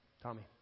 Tommy